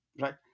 Right